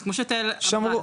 שמרו.